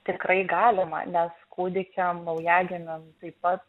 tikrai galima nes kūdikiam naujagimiam taip pat